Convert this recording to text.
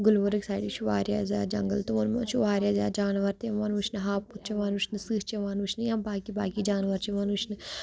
گُلمرگ سایڈٕ چھُ واریاہ زیادٕ جنٛگَل تِمَن منٛز چھُ واریاہ زیادٕ جانوَر تہِ یِوان وٕچھنہٕ ہاپُت چھِ یِوان وٕچھنہٕ سٕہہ چھِ یِوان وٕچھنہٕ یا باقٕے باقٕے جانوَر چھِ یِوان وٕچھنہٕ